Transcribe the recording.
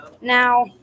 Now